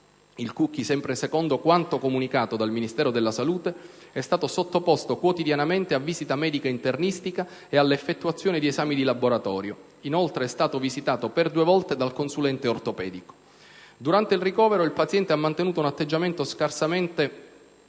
Il Cucchi, sempre secondo quanto comunicato dal Ministero della salute, è stato sottoposto quotidianamente a visita medica internistica e all'effettuazione di esami di laboratorio. Inoltre, è stato visitato per due volte dal consulente ortopedico. Durante il ricovero il paziente ha mantenuto un atteggiamento scarsamente